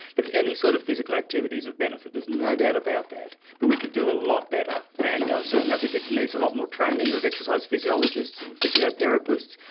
but any sort of physical activity is of benefit, there is no doubt about that, but we could do a lot better, and certainly i think it needs a lot more training of exercise physiologists and physiotherapists.